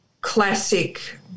classic